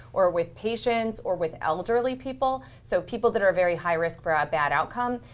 or with patients, or with elderly people, so people that are very high risk for a bad outcome,